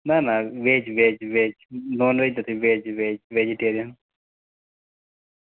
ના ના veg veg veg non veg નથી વેજ વેજીટેરીયન